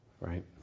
right